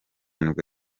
nibwo